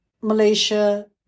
Malaysia